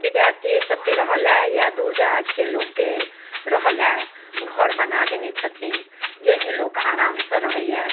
विद्यार्थिये सभके रहऽ लए या दूर दराजके लोकके रहऽ लए घर बना देने छथिन जाहिमे लोक आरामसँ रहैए